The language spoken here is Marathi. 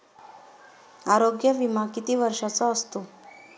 आरोग्य विमा किती वर्षांचा असतो?